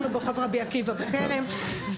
גם רבי עקיבא בכרם,